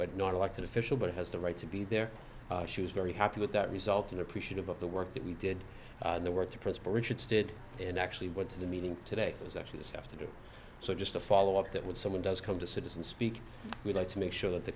but not elected official but has the right to be there she was very happy with that result and appreciative of the work that we did the work the principal richards did and actually went to the meeting today is actually the staff to do so just a follow up that when someone does come to citizen speak we like to make sure that the